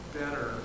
better